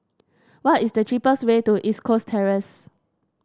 what is the cheapest way to East Coast Terrace